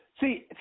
See